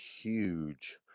huge